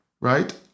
right